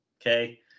okay